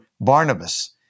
Barnabas